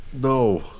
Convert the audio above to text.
no